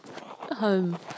home